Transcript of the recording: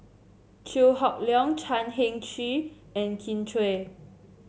Chew Hock Leong Chan Heng Chee and Kin Chui